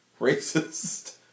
racist